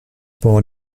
born